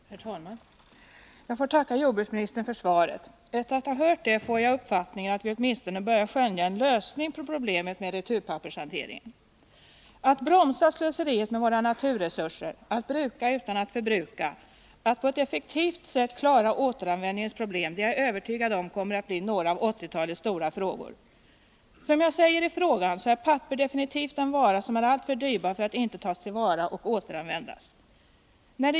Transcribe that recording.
Herr talman! Jag får tacka jordbruksministern för svaret. Efter att ha hört detta fick jag uppfattningen att vi åtminstone börjar skönja en lösning på problemet med returpappershanteringen. Att bromsa slöseriet med våra naturresurser, att bruka utan att förbruka, att på ett effektivt sätt klara återanvändningens problem — det är jag övertygad om kommer att bli några av 1980-talets stora frågor. Som jag säger i min fråga är papper absolut en alltför dyrbar produkt för att inte tas till vara och återanvändas.